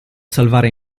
salvare